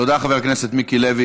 תודה, חבר הכנסת מיקי לוי.